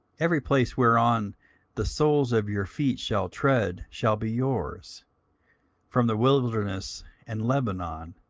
every place whereon the soles of your feet shall tread shall be yours from the wilderness and lebanon,